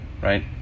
right